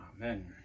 Amen